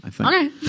Okay